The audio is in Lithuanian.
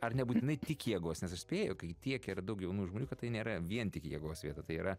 ar nebūtinai tik jėgos nes aš spėju kai tiek yra daug jaunų žmonių kad tai nėra vien tik jėgos vieta tai yra